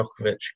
Djokovic